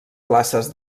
classes